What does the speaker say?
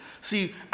See